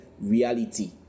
Reality